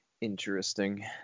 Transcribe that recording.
Interesting